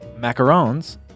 macarons